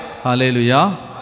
Hallelujah